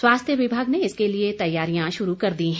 स्वास्थ्य विभाग ने इसके लिए तैयारियां शुरू कर दी है